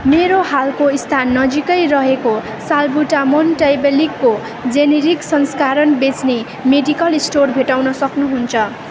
मेरो हालको स्थान नजिकै रहेको साल्बुटामोल टैबलेटको जेनेरिक संस्करण बेच्ने मेडिकल स्टोर भेट्टाउन सक्नुहुन्छ